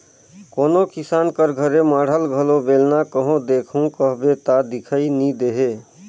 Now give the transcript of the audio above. कोनो किसान कर घरे माढ़ल घलो बेलना कहो देखहू कहबे ता दिखई नी देहे